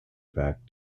fact